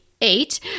eight